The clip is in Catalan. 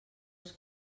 els